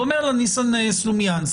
ואומר לה ניסם סלומינסקי,